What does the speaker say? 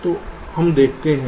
तो हम देखते हैं